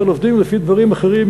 אבל עובדים לפי דברים אחרים,